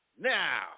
now